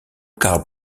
cars